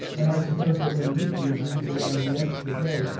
and i suppose that when leap year brings around the extra day,